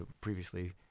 previously